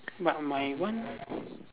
but my one